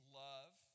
love